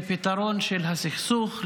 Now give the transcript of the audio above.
לפתרון של הסכסוך,